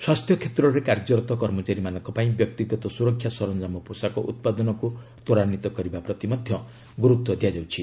ସ୍ୱାସ୍ଥ୍ୟ କ୍ଷେତ୍ରରେ କାର୍ଯ୍ୟରତ କର୍ମଚାରୀମାନଙ୍କ ପାଇଁ ବ୍ୟକ୍ତିଗତ ସୁରକ୍ଷା ସରଞ୍ଜାମ ପୋଷାକ ଉତ୍ପାଦନକୁ ତ୍ୱରାନ୍ୱିତ କରିବା ପ୍ରତି ମଧ୍ୟ ଗୁରୁତ୍ୱ ଦିଆଯାଉଛି